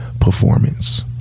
performance